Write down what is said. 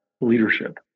Leadership